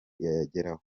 yageraho